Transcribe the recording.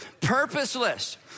Purposeless